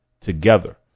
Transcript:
together